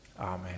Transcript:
Amen